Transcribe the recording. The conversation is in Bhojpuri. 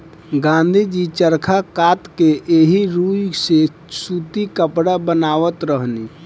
गाँधी जी चरखा कात के एही रुई से सूती कपड़ा बनावत रहनी